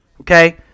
Okay